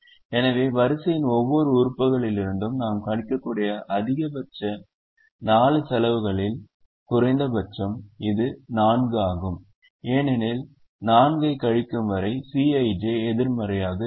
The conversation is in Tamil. எனவே வரிசையின் ஒவ்வொரு உறுப்புகளிலிருந்தும் நாம் கழிக்கக்கூடிய அதிகபட்சம் 4 செலவுகளில் குறைந்தபட்சம் இது 4 ஆகும் ஏனெனில் 4 ஐக் கழிக்கும் வரை Cij எதிர்மறையாக இருக்கும்